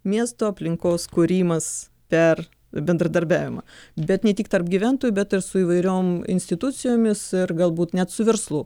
miesto aplinkos kūrimas per bendradarbiavimą bet ne tik tarp gyventojų bet ir su įvairiom institucijomis ir galbūt net su verslu